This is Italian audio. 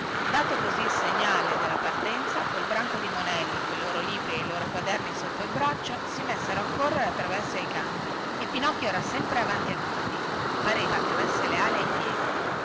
dato così il segnale della partenza quel branco di monelli coi loro libri e i loro quaderni sotto il braccio si messero a correre attraverso ai campi e pinocchio era sempre avanti a tutti pareva che avesse le ali ai piedi